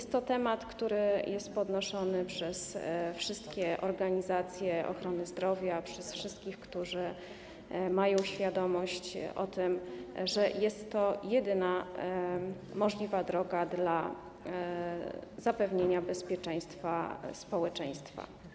To temat, który jest podnoszony przez wszystkie organizacje ochrony zdrowia, przez wszystkich, którzy mają świadomość, że jest to jedyna możliwa droga, aby zapewnić bezpieczeństwo społeczeństwu.